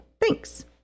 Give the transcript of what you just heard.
Thanks